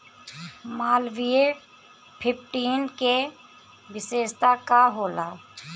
Malviya fifteen के विशेषता का होला?